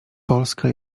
polska